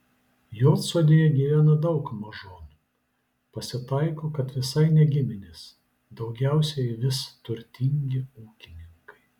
juodsodėje gyvena daug mažonų pasitaiko kad visai ne giminės daugiausiai vis turtingi ūkininkai